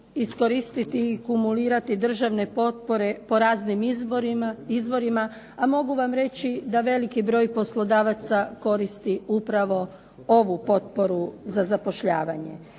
iskoristiti i kumulirati državne potpore po raznim izvorima, a mogu vam reći da veliki broj poslodavaca koristi upravo ovu potporu za zapošljavanje.